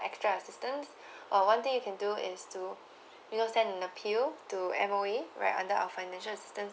extra assistance or one thing you can do is to you know send in an appeal to M_O_E right under our financial assistance